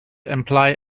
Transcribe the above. imply